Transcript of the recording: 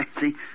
See